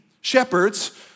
shepherds